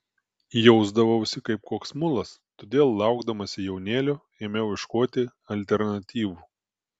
jausdavausi kaip koks mulas todėl laukdamasi jaunėlio ėmiau ieškoti alternatyvų